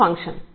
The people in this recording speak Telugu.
ఇది ఫంక్షను